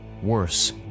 Worse